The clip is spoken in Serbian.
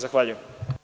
Zahvaljujem.